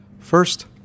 First